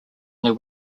their